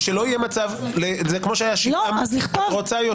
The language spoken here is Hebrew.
אם את רוצה יותר תגישי